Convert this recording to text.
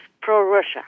pro-Russia